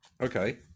Okay